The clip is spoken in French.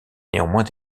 néanmoins